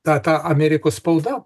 ta amerikos spauda